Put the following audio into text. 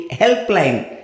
helpline